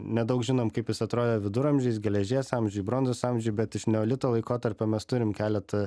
nedaug žinom kaip jis atrodė viduramžiais geležies amžiuj bronzos amžiuj bet iš neolito laikotarpio mes turim keletą